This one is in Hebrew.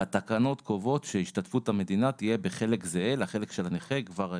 התקנות קובעות שהשתתפות המדינה תהיה בחלק זהה לחלק של הנכה כבר היום,